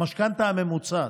המשכנתה הממוצעת.